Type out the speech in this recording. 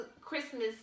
Christmas